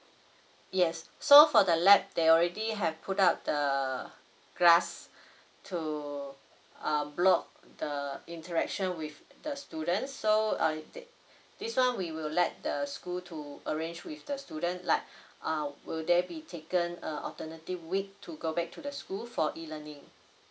yes so for the lab they already have put up the glass to block err the interaction with the students so err they~ this one we will let the school to arrange with the student like err will there be taken alternative week to go back to the school for E learning